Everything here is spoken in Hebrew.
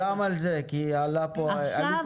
גם על זה, כי עלו פה הסתייגויות.